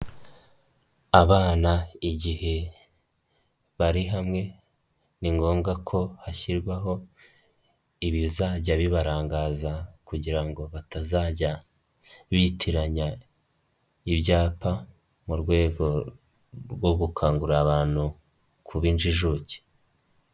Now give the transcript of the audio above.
Abana igihe bari hamwe ni ngombwa ko hashyirwaho ibizajya bibarangaza kugira ngo batazajya bitiranya ibyapa, mu rwego rwo gukangurira abantu kuba injijuke.